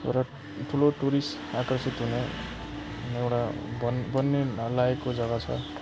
र ठुलो टुरिस्ट आकर्षित हुने एउटा बन् बन्ने लायकको जगा छ